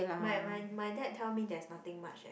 my my my dad tell me there's nothing much eh